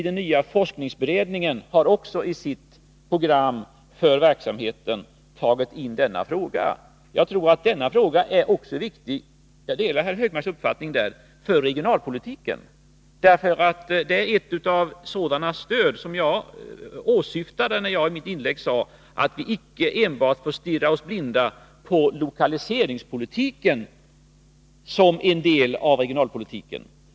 Den nya forskningsberedningen har också i sitt program för verksamheten tagit med denna fråga. Jag tror även — på den punkten delar jag herr Högmarks uppfattning — att frågan är viktig för regionalpolitiken. Det gäller nämligen ett av de stöd som jag åsyftade i mitt anförande när jag sade att vi inte får stirra oss blinda på lokaliseringspolitiken som en del av regionalpolitiken.